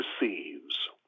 receives